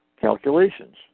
calculations